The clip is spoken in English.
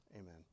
Amen